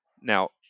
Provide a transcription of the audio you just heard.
Now